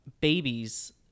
babies